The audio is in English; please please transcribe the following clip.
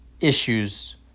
issues